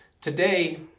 Today